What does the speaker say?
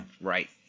right